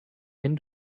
wenn